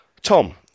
Tom